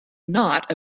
not